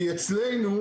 כי אצלנו,